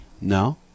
No